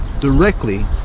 directly